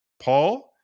Paul